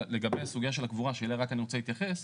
לגבי הסוגיה של הקבורה שאני רק רוצה להתייחס,